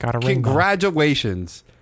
congratulations